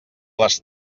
les